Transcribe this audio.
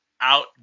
out